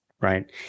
right